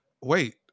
Wait